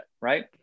right